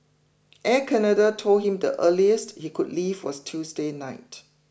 Air Canada told him the earliest he could leave was Tuesday night